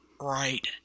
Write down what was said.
right